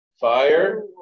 fire